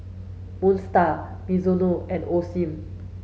Moon Star Mizuno and Osim